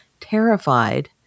terrified